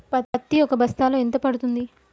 పత్తి ఒక బస్తాలో ఎంత పడ్తుంది?